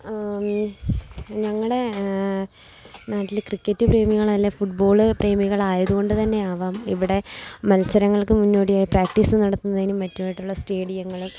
ഞങ്ങളുടെ നാട്ടിൽ ക്രിക്കറ്റ് പ്രേമികളല്ലേ ഫുട്ബോള് പ്രേമികളായതുകൊണ്ട് തന്നെയാവാം ഇവിടെ മത്സരങ്ങൾക്ക് മുന്നോടിയായി പ്രാക്റ്റീസ് നടത്തുന്നതിനും മറ്റു ആയിട്ടുള്ള സ്റ്റേഡിയങ്ങളും